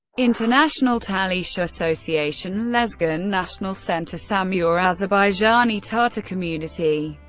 international talysh association, lezgin national center samur, azerbaijani-tatar community,